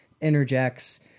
interjects